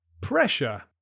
Pressure